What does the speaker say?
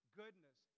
goodness